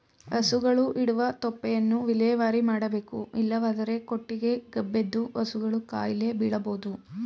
ಹಸುಗಳು ಇಡುವ ತೊಪ್ಪೆಯನ್ನು ವಿಲೇವಾರಿ ಮಾಡಬೇಕು ಇಲ್ಲವಾದರೆ ಕೊಟ್ಟಿಗೆ ಗಬ್ಬೆದ್ದು ಹಸುಗಳು ಕಾಯಿಲೆ ಬೀಳಬೋದು